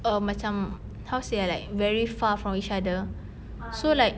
err macam how to say ah like very far from each other so like